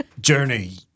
Journey